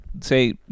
say